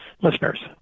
listeners